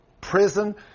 prison